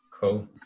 Cool